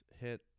hit